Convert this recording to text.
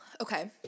Okay